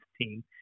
team